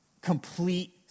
complete